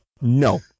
no